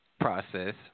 process